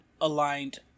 aligned